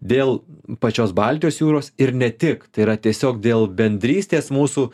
dėl pačios baltijos jūros ir ne tik tai yra tiesiog dėl bendrystės mūsų